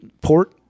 port